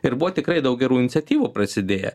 ir buvo tikrai daug gerų iniciatyvų prasidėję